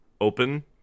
open